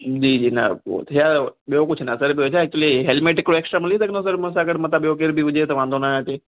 ईंदे ई ॾींदा आहियो पोइ छा ॿियो कुझु न सर ॿियो छा एक्चुली हेलमेट हिकिड़ो एक्स्ट्रा मिली सघंदो सर मुसां गॾ मतां ॿियो केरु बि हुजे त वांदो न अचे